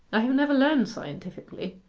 i have never learned scientifically.